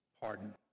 pardon